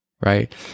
Right